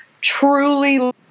truly